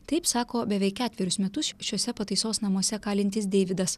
taip sako beveik ketverius metus š šiuose pataisos namuose kalintis deividas